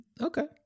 Okay